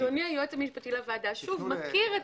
אדוני היועץ המשפטי לוועדה מכיר את